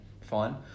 fine